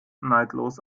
neidlos